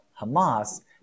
Hamas